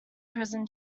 prison